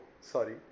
sorry